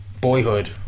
Boyhood